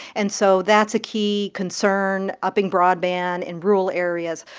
and so that's a key concern upping broadband in rural areas.